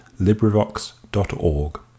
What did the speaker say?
LibriVox.org